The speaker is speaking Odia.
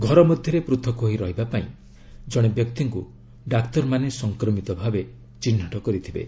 ଘର ମଧ୍ୟରେ ପୃଥକ ହୋଇ ରହିବା ପାଇଁ ଜଣେ ବ୍ୟକ୍ତିଙ୍କୁ ଡାକ୍ତରମାନେ ସଫକ୍ରମିତ ଭାବେ ଚିହ୍ରଟ କରିଥିବେ